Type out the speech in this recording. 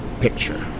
picture